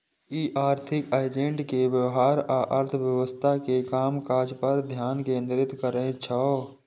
ई आर्थिक एजेंट के व्यवहार आ अर्थव्यवस्था के कामकाज पर ध्यान केंद्रित करै छै